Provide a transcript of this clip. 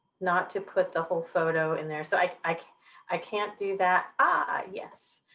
not to put the whole photo in there so like like i can't do that ah yes.